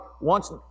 wants